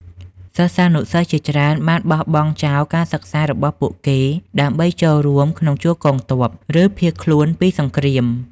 សិស្សានុសិស្សជាច្រើនបានបោះបង់ចោលការសិក្សារបស់ពួកគេដើម្បីចូលរួមក្នុងជួរកងទ័ព ឬភៀសខ្លួនពីសង្គ្រាម។